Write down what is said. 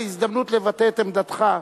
תהיה לך הזדמנות לבטא את עמדתך.